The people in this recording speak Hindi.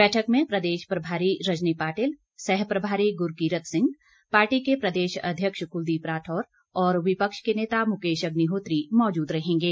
बैठक में प्रदेश प्रभारी रजनी पाटिल सह प्रभारी गुरकीरत सिंह पार्टी के प्रदेश अध्यक्ष कुलदीप राठौर और विपक्ष के नेता मुकेश अग्निहोत्री मौजूद रहेंगे